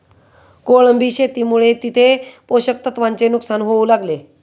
कोळंबी शेतीमुळे तिथे पोषक तत्वांचे नुकसान होऊ लागले